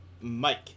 Mike